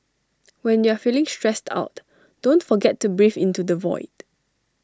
when you are feeling stressed out don't forget to breathe into the void